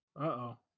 Uh-oh